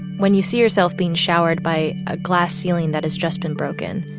when you see yourself being showered by a glass ceiling that has just been broken,